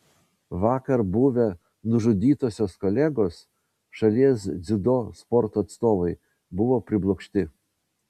vakar buvę nužudytosios kolegos šalies dziudo sporto atstovai buvo priblokšti